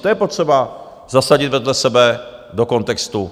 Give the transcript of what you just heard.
To je potřeba zasadit vedle sebe do kontextu.